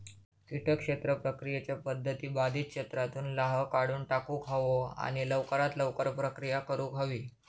किटक क्षेत्र प्रक्रियेच्या पध्दती बाधित क्षेत्रातुन लाह काढुन टाकुक हवो आणि लवकरात लवकर प्रक्रिया करुक हवी